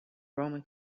roman